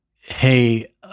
Hey